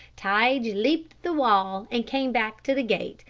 tige leaped the wall, and came back to the gate,